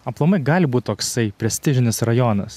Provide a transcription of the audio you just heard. aplamai gali būt toksai prestižinis rajonas